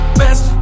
best